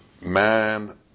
man